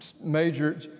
Major